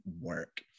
work